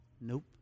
Nope